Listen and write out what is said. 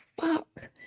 fuck